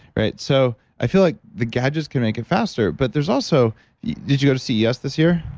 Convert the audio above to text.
right? so i feel like the gadgets can make it faster, but there's also did you go to see yes this year?